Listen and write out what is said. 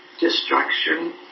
destruction